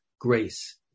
Grace